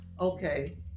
okay